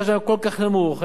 היו מנותקים מפנסיה,